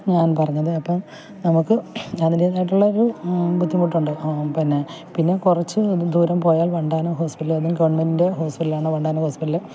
ഞാൻ പറഞ്ഞത് അപ്പം നമുക്ക് അതിൻ്റെതായിട്ടുള്ളൊരു ബുദ്ധിമുട്ടുണ്ട് പിന്നെ കുറച്ചുദൂരം പോയാൽ വണ്ടാനം ഹോസ്പിറ്റലാണ് ഗവണ്മെൻറ്റ് ഹോസ്പിറ്റലാണ് വണ്ടാനം ഹോസ്പിറ്റൽ